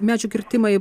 medžių kirtimai